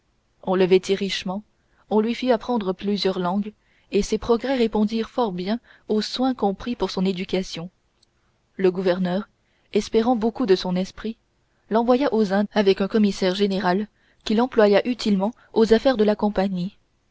on le vêtit richement on lui fit apprendre plusieurs langues et ses progrès répondirent fort bien aux soins qu'on prit pour son éducation le gouverneur espérant beaucoup de son esprit l'envoya aux indes avec un commissaire général qui l'employa utilement aux affaires de la compagnie